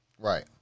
right